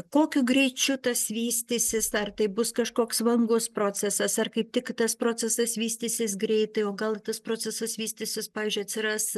kokiu greičiu tas vystysis ar tai bus kažkoks vangus procesas ar kaip tik tas procesas vystysis greitai o gal tas procesas vystysis pavyzdžiui atsiras